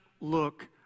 look